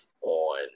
on